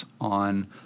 on